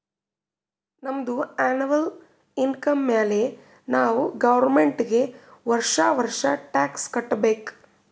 ನಮ್ದು annual income ಮ್ಯಾಲೆ ನಾವ್ ಗೌರ್ಮೆಂಟ್ಗ್ ವರ್ಷಾ ವರ್ಷಾ ಟ್ಯಾಕ್ಸ್ ಕಟ್ಟಬೇಕ್